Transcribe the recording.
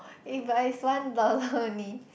eh but is one dollar only